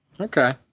Okay